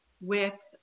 with-